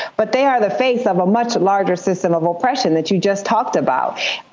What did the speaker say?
but they are the face of a much larger system of oppression that you just talked about.